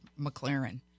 McLaren